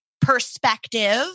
perspective